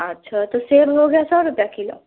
अच्छा तो सेब हो गया सौ रूपया किलो